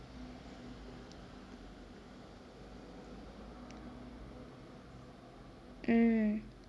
mm